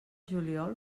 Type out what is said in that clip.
juliol